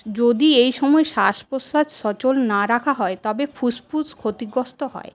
যদি এই সময় শ্বাস প্রশ্বাস সচল না রাখা হয় তবে ফুসফুস ক্ষতিগ্রস্ত হয়